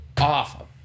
off